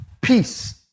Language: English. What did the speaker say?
Peace